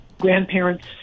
grandparents